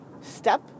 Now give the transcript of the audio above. Step